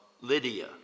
Lydia